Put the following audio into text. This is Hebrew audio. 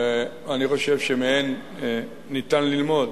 אני חושב שמהן אפשר ללמוד.